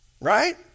right